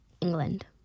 England